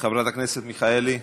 חברת הכנסת מיכאלי.